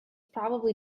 probably